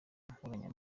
nkoranya